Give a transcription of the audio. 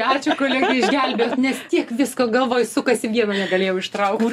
ačiū kolegai išgelbėjo nes tiek visko galvoj sukasi vieno negalėjau ištraukt